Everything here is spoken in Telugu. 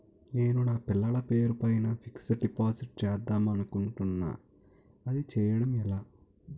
నేను నా పిల్లల పేరు పైన ఫిక్సడ్ డిపాజిట్ చేద్దాం అనుకుంటున్నా అది చేయడం ఎలా?